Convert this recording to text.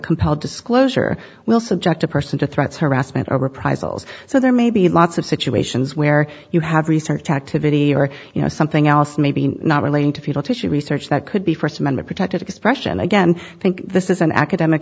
compelled disclosure will subject a person to threats harassment or reprisals so there may be lots of situations where you have research activity or you know something else maybe not relating to fetal tissue research that could be first amendment protected expression again i think this is an academic